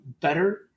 better